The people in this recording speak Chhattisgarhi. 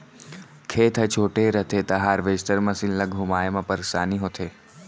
खेत ह छोटे रथे त हारवेस्टर मसीन ल घुमाए म परेसानी होथे